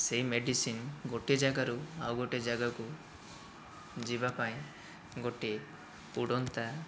ସେହି ମେଡ଼ିସିନ୍ ଗୋଟିଏ ଜାଗାରୁ ଆଉ ଗୋଟିଏ ଜାଗାକୁ ଯିବା ପାଇଁ ଗୋଟିଏ ଉଡ଼ନ୍ତା